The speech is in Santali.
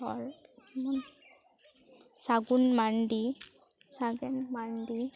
ᱟᱨ ᱥᱩᱢᱚᱱ ᱥᱟᱜᱩᱱ ᱢᱟᱱᱰᱤ ᱥᱟᱜᱮᱱ ᱢᱟᱱᱰᱤ